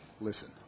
Listen